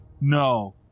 no